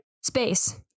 Space